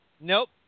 Nope